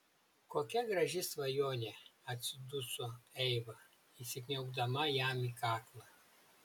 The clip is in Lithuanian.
kokia graži svajonė atsiduso eiva įsikniaubdama jam į kaklą